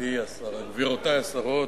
גבירותי השרות,